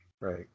Right